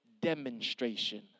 demonstration